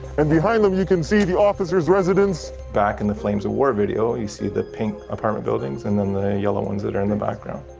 and behind them you can see the officer's residence. back in the flames of war video, you see that pink apartment buildings and then the yellow ones that are in the background.